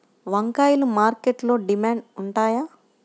వంకాయలు మార్కెట్లో డిమాండ్ ఉంటాయా?